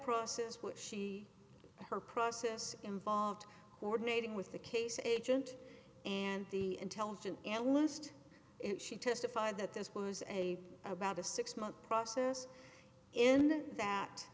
process what she her process involved coordinating with the case agent and the intelligence analyst and she testified that this was a about a six month process in that